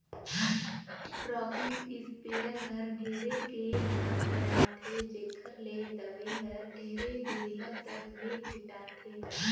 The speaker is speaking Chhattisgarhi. रॉकिंग इस्पेयर हर ढेरे के दाब बनाथे जेखर ले दवई हर ढेरे दुरिहा तक ले छिटाथे